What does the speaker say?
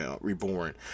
reborn